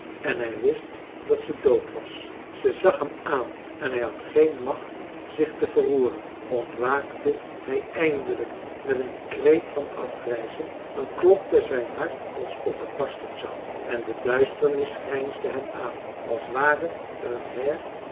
en hij wist dat zij dood was zij zag hem aan en hij had geen macht zich te verroeren ontwaakte hij eindelijk met een kreet van afgrijzen dan klopte zijn hart alsof het barsten zou en de duisternis grijnsde hem aan als ware er een heir